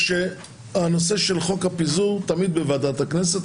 שהנושא של חוק הפיזור תמיד בוועדת הכנסת.